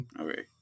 Okay